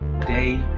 day